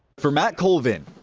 for matt colvin.